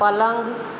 પલંગ